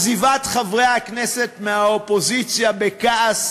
עזיבת חברי הכנסת מהאופוזיציה בכעס,